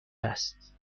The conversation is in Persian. است